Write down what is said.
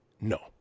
No